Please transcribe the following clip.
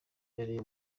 yari